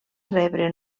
rebre